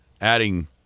adding